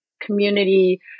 community